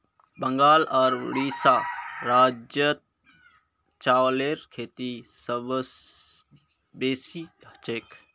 बंगाल आर उड़ीसा राज्यत चावलेर खेती सबस बेसी हछेक